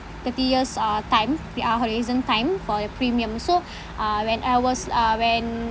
thirty years uh time p~ uh horizon time for your premium so uh when I was uh when